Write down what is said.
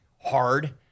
hard